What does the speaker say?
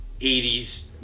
80s